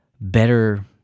better